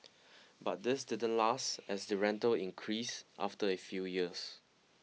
but this didn't last as the rental increased after a few years